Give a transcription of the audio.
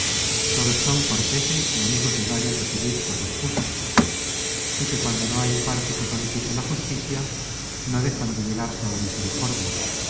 todos son corteses y amigos de dar y recebir cosas justas y que cuando no hay parte que so licite la justicia no dejan de llegarse á la misericordia